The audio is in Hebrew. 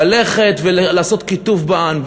ללכת ולעשות קיטוב בעם,